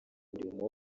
murimo